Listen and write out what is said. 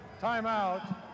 timeout